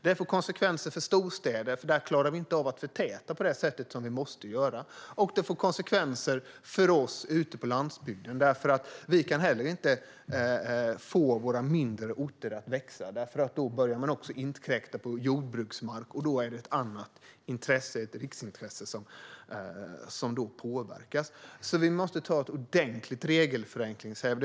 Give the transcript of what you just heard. Det får konsekvenser för storstäder, för där klarar vi inte av att förtäta på det sätt vi måste. Det får även konsekvenser för oss ute på landsbygden, för vi kan inte få våra mindre orter att växa eftersom man då börjar inkräkta på jordbruksmark, vilket alltså är ett riksintresse som då påverkas. Vi måste därför göra ett ordentligt regelförenklingsarbete.